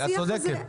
את צודקת.